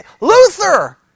Luther